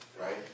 Right